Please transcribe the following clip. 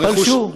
פלשו.